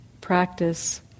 practice